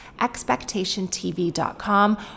expectationtv.com